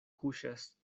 kuŝas